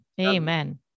Amen